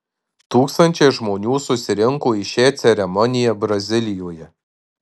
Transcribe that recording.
tūkstančiai žmonių susirinko į šią ceremoniją brazilijoje